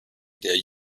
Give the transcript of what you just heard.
der